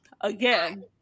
Again